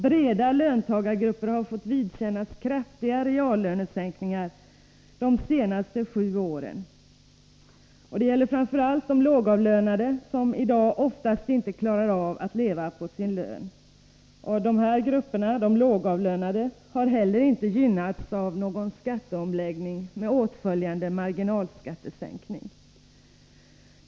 Breda löntagargrupper har fått vidkännas kraftiga reallönesänkningar de senaste sju åren — det gäller framför allt de lågavlönade, som i dag ofta inte klarar att leva på sin lön. Dessa grupper har heller inte gynnats av någon skatteomläggning med åtföljande marginalskattesänkning.